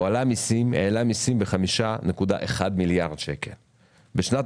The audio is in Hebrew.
הוא העלה מסים ב-5.1 מיליארד שקל; בשנת